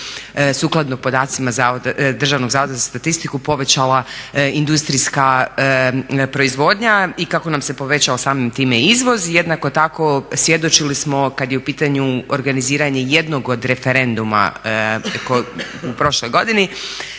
sukladno podacima Državnog zavoda za statistiku povećala industrijska proizvodnja i kako nam se povećao samim time i izvoz. Jednako tako svjedočili smo kad je u pitanju organiziranje jednog od referenduma u prošloj godini,